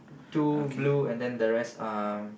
two blue then the rest are